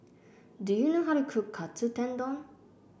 do you know how to cook Katsu Tendon